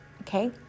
okay